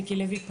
מיקי לוי,